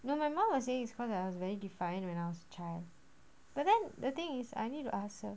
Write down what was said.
no my mom was saying it's cause I was very defiant when I was a child but then the thing is I need to ask her